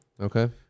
Okay